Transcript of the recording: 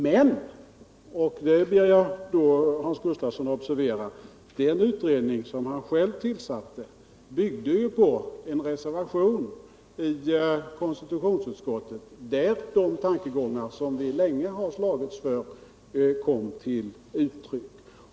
Men — och det ber jag Hans Gustafsson observera — den utredning som Hans Gustafsson själv tillsatte byggde på en reservation i konstitutionsutskottet, där de tankegångar som vi länge har slagits för kom till uttryck.